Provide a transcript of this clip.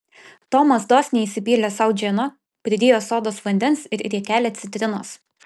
tomas dosniai įsipylė sau džino pridėjo sodos vandens ir riekelę citrinos